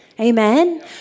Amen